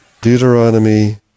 Deuteronomy